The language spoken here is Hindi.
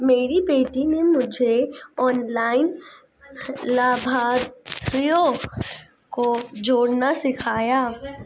मेरी बेटी ने मुझे ऑनलाइन लाभार्थियों को जोड़ना सिखाया